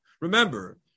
Remember